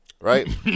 Right